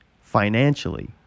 financially